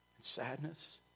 sadness